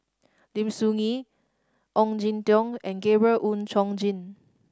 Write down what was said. Lim Soo Ngee Ong Jin Teong and Gabriel Oon Chong Jin